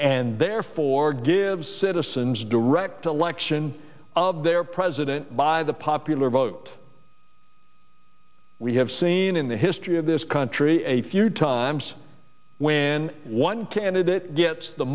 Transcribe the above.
and therefore gives citizens direct election of their president by the popular vote we have seen in the history of this country a few times when one candidate gets the